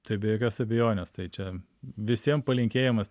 tai be jokios abejonės tai čia visiem palinkėjimas